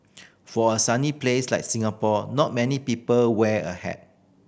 for a sunny place like Singapore not many people wear a hat